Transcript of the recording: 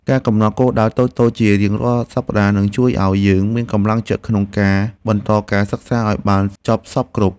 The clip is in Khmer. ការកំណត់គោលដៅតូចៗជារៀងរាល់សប្តាហ៍នឹងជួយឱ្យយើងមានកម្លាំងចិត្តក្នុងការបន្តការសិក្សាឱ្យបានចប់សព្វគ្រប់។